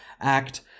Act